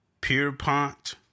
Pierpont